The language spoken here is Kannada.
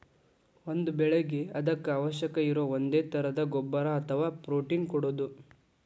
ಒಂದ ಬೆಳಿಗೆ ಅದಕ್ಕ ಅವಶ್ಯಕ ಇರು ಒಂದೇ ತರದ ಗೊಬ್ಬರಾ ಅಥವಾ ಪ್ರೋಟೇನ್ ಕೊಡುದು